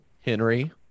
Henry